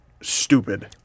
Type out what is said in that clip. stupid